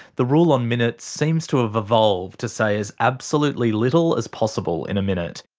the rule on minutes seems to have evolved to say as absolutely little as possible in a minute.